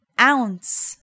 ounce